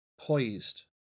poised